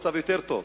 או במצב יותר טוב.